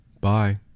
Bye